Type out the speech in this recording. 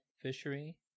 fishery